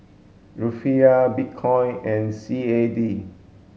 Rufiyaa Bitcoin and C A D